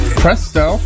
presto